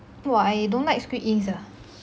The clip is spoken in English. !whoa! I don't like squid ink sia